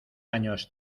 años